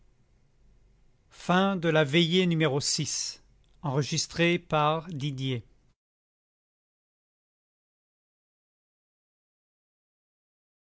toute la veillée